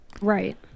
Right